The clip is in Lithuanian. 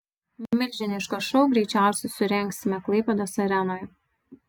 milžinišką šou greičiausiai surengsime klaipėdos arenoje